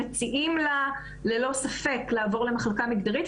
מציעים לה ללא ספק לעבור למחלקה מגדרית.